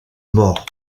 mort